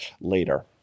later